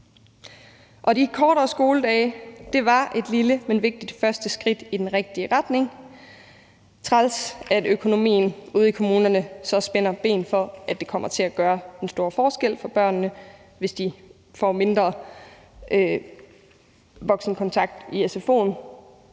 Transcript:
De kortere skoledage var et lille, men vigtigt første skridt i den rigtige retning. Træls, at økonomien ude i kommunerne så spænder ben for, at det kommer til at gøre en stor forskel for børnene, hvis de får mindre voksenkontakt i sfo'en,